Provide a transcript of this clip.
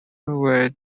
were